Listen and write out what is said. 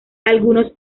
algunos